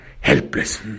helpless